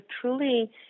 truly